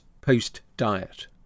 post-diet